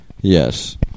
Yes